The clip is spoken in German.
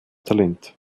talent